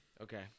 Okay